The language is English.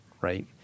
right